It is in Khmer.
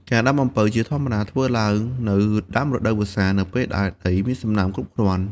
ការដាំអំពៅជាធម្មតាធ្វើឡើងនៅ ដើមរដូវវស្សា នៅពេលដែលដីមានសំណើមគ្រប់គ្រាន់។